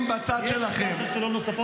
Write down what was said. יש שלב של שאלות נוספות.